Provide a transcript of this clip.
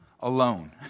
alone